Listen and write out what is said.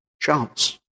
chance